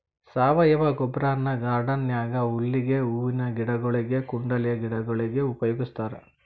ಸಾವಯವ ಗೊಬ್ಬರನ ಗಾರ್ಡನ್ ನ್ಯಾಗ ಹುಲ್ಲಿಗೆ, ಹೂವಿನ ಗಿಡಗೊಳಿಗೆ, ಕುಂಡಲೆ ಗಿಡಗೊಳಿಗೆ ಉಪಯೋಗಸ್ತಾರ